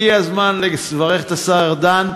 הגיע הזמן לברך את השר ארדן,